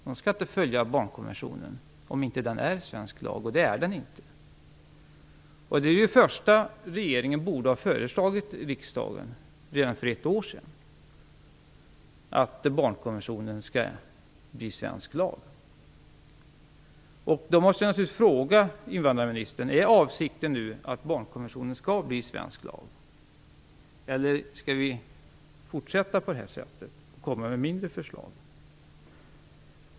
De skall inte följa barnkonventionen om inte denna är svensk lag, och det är den ju inte. Regeringen borde redan för ett år sedan ha föreslagit riksdagen att barnkonventionen blir svensk lag. Därför måste jag naturligtvis fråga invandrarministern: Är avsikten nu att barnkonventionen skall bli svensk lag, eller skall vi fortsätta på det här sättet och komma med mindre förslag?